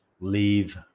leave